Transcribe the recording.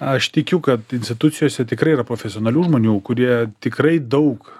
aš tikiu kad institucijose tikrai yra profesionalių žmonių kurie tikrai daug